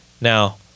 Now